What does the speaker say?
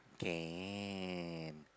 can